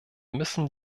müssen